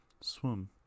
Swim